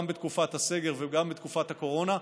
גם בתקופת הסגר וגם בתקופת הקורונה.